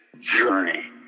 journey